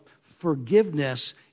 forgiveness